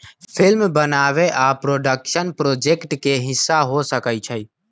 film बनाबे आ production project के हिस्सा हो सकइ छइ